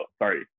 sorry